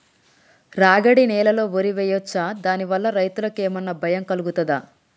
రాగడి నేలలో వరి వేయచ్చా దాని వల్ల రైతులకు ఏమన్నా భయం కలుగుతదా?